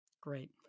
Great